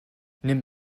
nimmt